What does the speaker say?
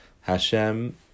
Hashem